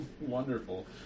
Wonderful